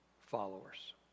followers